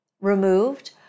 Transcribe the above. removed